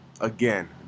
again